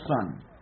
son